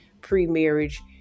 pre-marriage